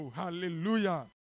hallelujah